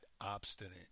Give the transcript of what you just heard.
obstinate